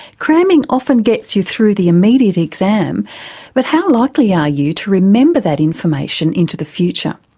cramming often gets you through the immediate exam but how likely are you to remember that information into the future?